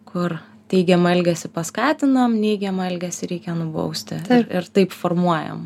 kur teigiamą elgesį paskatinam neigiamą elgesį reikia nubausti ir taip formuojam